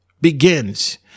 begins